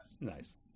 Nice